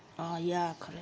oh ya correct